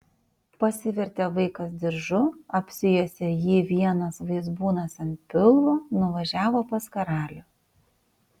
pasivertė vaikas diržu apsijuosė jį vienas vaizbūnas ant pilvo nuvažiavo pas karalių